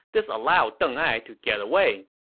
this allowed deng ai to get away.